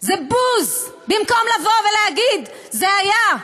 זה בוז, במקום לבוא ולהגיד: זה היה.